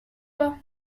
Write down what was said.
pas